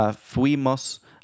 fuimos